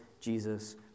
Jesus